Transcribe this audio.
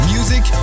Music